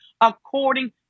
according